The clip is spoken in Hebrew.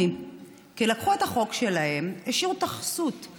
חשוב לי לומר זאת שוב.